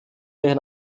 der